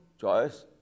choice